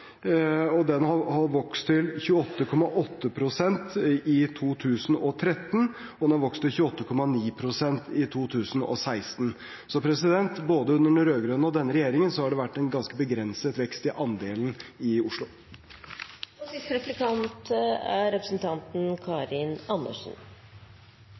var den i 2005 på 28,6 pst., den vokste til 28,8 pst. i 2013 og til 28,9 pst. i 2016. Så både under den rød-grønne og denne regjeringen har det vært en ganske begrenset vekst i andelen i